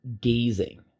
gazing